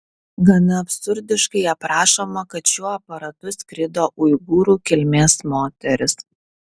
gana absurdiškai aprašoma kad šiuo aparatu skrido uigūrų kilmės moteris